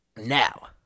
now